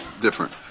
different